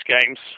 games